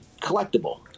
collectible